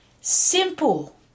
Simple